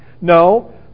No